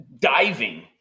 diving –